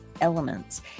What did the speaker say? Elements